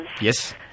Yes